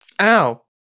Ow